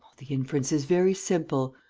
the inference is very simple.